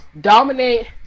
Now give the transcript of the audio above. dominate